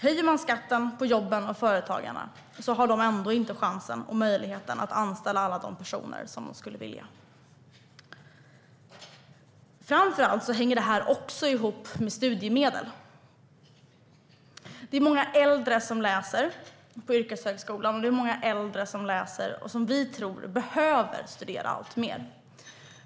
Höjer man skatten på jobben och för företagarna har företagarna ändå inte chansen och möjligheten att anställa alla de personer de skulle vilja. Detta hänger också ihop med studiemedel. Det är många äldre som läser på yrkeshögskolan, och det är många äldre som läser som vi tror behöver studera alltmer.